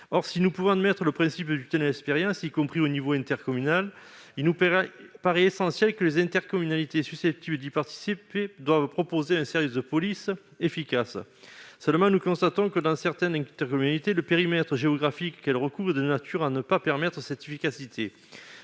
Si nous pouvons admettre le principe d'une telle expérience, y compris au niveau intercommunal, il nous paraît essentiel que les intercommunalités susceptibles d'y participer proposent un service de police efficace. Or nous constatons que, dans certaines intercommunalités, le périmètre géographique qu'elle recouvre ne permet pas d'atteindre cette efficacité.